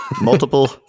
Multiple